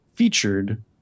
featured